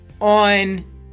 on